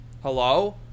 Hello